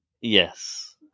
Yes